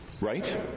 right